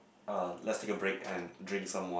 uh let's take a break and drink some wat~